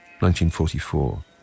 1944